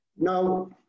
Now